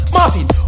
Marvin